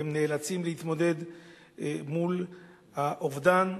והן נאלצות להתמודד מול האובדן,